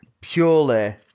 Purely